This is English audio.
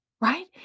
right